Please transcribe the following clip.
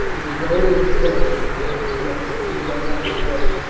it is always they who come to us, we go not to them.